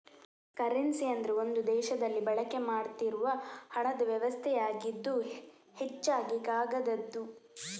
currency ಅಂದ್ರೆ ಒಂದು ದೇಶದಲ್ಲಿ ಬಳಕೆ ಮಾಡ್ತಿರುವ ಹಣದ ವ್ಯವಸ್ಥೆಯಾಗಿದ್ದು ಹೆಚ್ಚಾಗಿ ಕಾಗದದ್ದು